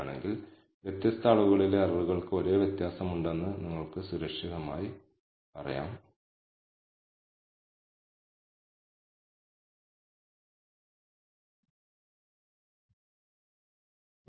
അതിനാൽ ഈ സാഹചര്യത്തിൽ R ഉപയോഗിച്ചാണ് നമ്മൾ ഡാറ്റ ഫിറ്റ് ചെയ്തതെന്ന് നമ്മൾ കാണിച്ചുതന്ന ഈ പതിനാല് പോയിന്റുകൾ ഉണ്ട്